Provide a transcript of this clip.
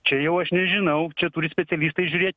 čia jau aš nežinau čia turi specialistai žiūrėt